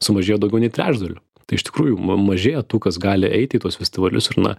sumažėjo daugiau nei trečdaliu tai iš tikrųjų ma mažėja tų kas gali eiti į tuos festivalius ir na